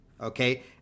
okay